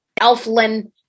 Elflin